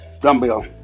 dumbbell